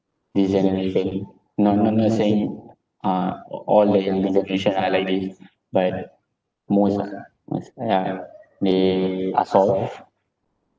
the generation not not not saying uh a~ all the younger generation are like this but most ah most ah ya they are soft